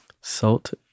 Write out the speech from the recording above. Salt